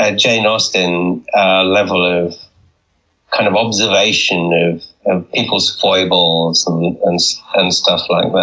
ah jane austen level of kind of observation of of people's foibles um and so and stuff like